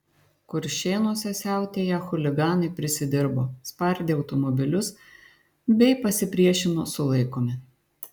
kuršėnuose siautėję chuliganai prisidirbo spardė automobilius bei pasipriešino sulaikomi